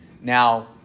now